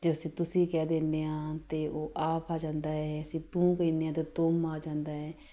ਜੈਸੇ ਤੁਸੀਂ ਕਹਿ ਦਿੰਦੇ ਹਾਂ ਅਤੇ ਉਹ ਆਪ ਆ ਜਾਂਦਾ ਹੈ ਅਸੀਂ ਤੂੰ ਕਹਿੰਦੇ ਹਾਂ ਅਤੇ ਤੂੰ ਆ ਜਾਂਦਾ ਹੈ